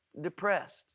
depressed